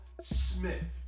Smith